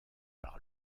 par